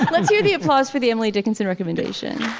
let's hear the applause for the emily dickinson recommendation